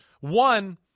one